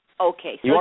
Okay